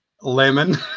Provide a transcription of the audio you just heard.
lemon